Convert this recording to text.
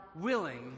willing